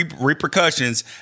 repercussions